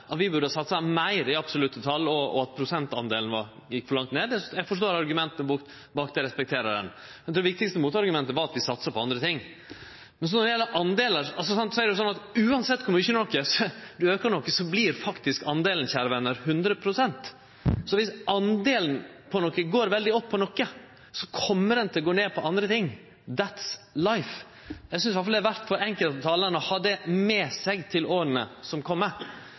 at vi burde ha satsa meir i absolutte tal, og at prosentdelen gjekk for langt ned. Eg forstår argumenta bak det og respekterer det. Det viktigaste motargumentet er at vi satsa på andre ting. Så er det slik at uansett kor mykje ein aukar noko, vert faktisk den delen, kjære venner, 100 pst. Dersom ein del av noko går veldig opp, kjem den til å gå ned på andre ting. «That's life»! Eg synest iallfall det er verdt for enkelte talarar å ha det med seg i åra som